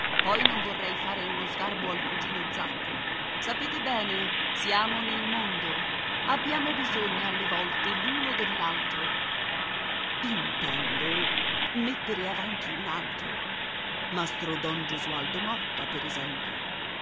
poi non vorrei fare uno sgarbo al cugino zacco sapete bene siamo nel mondo abbiamo bisogna alle volte l'uno dell'altro intendo mettere avanti un altro mastro don gesualdo motta per esempio